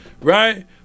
right